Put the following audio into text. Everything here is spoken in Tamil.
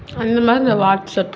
அந்தமாதிரி இந்த வாட்ஸப்